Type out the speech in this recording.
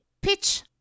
pitch